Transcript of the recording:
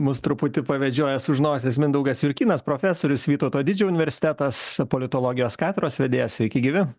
mus truputį pavedžiojęs už nosies mindaugas jurkynas profesorius vytauto didžiojo universitetas politologijos katedros vedėjas sveiki gyvi